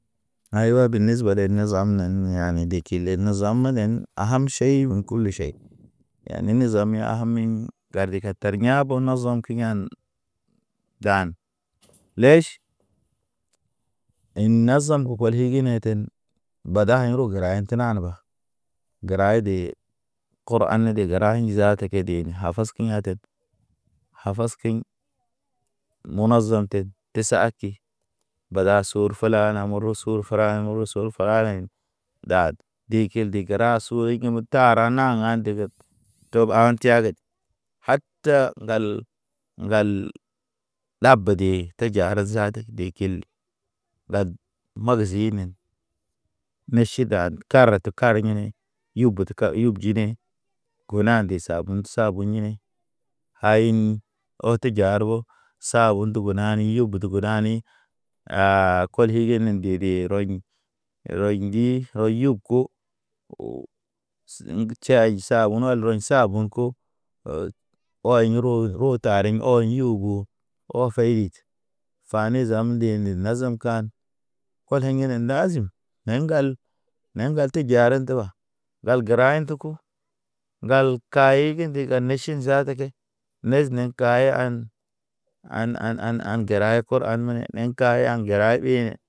Aywa be niz balen niz ham nen niɲa ni deg, kile ne zamanen a ham ʃei un kulu ʃei. Ya nini zamin hamin gari kar tar ɲabo nɔzɔm ki ɲan, dan leʃ, in nazan ke koli igi ten. Bada aɲro gəra e tenan ba gəra e de kɔr ane de gəra zaata ke. Keten habas ke ɲaten, habas keɲ, mona zanten te sahati. Bada sor fula na muru sur, fur fra ne muru sul frareɲ. Ɗad ɗi kil ɗe gəra turi ḭ mud tara na ha̰ nde ged. Tob aŋ tiaged, haata ŋgal, ŋgal, labede te zara zad de kil. Lad, maga zinen meʃidad, kara te kar hine yub but ka, yub jine. Guna nde sabun, sabu hine ayin otə jar bo. Sa o ndug nani yub budu go ɗani, aa koli iginen ndede rɔɲi. Rɔy ndi, rɔy yub ko, ti yay sabun rɔl rɔɲ sabun ko. Ɔyin ro rotari ɔyin yu bo, ɔ feyid, fani zan ndḭ-ndḭ naza kan. Kɔlin hineŋ nazim, ne ŋgal, ne ŋgal te jaren te ba. Ŋgal gəra ŋin tuku, ŋgal kayeg ndiŋga neʃin zaata ke neg ne kaye an. An an an an gəra e kɔ, kor an mene, neŋ ka gəra ɓe ne.